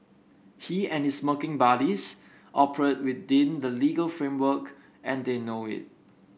he and his smirking buddies operate within the legal framework and they know it